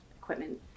equipment